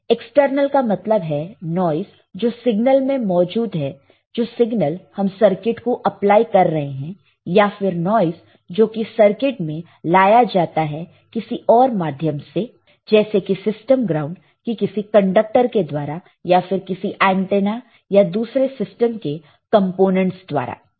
external का मतलब है नॉइस जो सिग्नल में मौजूद है जो सिग्नल हम सर्किट को अप्लाई कर रहे हैं या फिर नॉइस जोकि सर्किट में लाया जाता है किसी और माध्यम से जैसे कि सिस्टम ग्राउंड की किसी कंडक्टर के द्वारा या फिर किसी एंटेना या दूसरे सिस्टम के कंपोनेंटस द्वारा